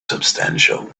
substantial